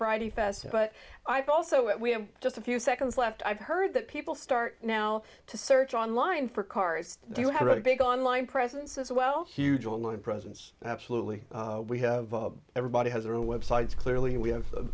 friday fest but i've also we have just a few seconds left i've heard that people start now to search online for cars do you have a really big online presence as well huge online presence absolutely we have everybody has their own websites clearly we have a